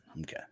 Okay